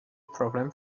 problem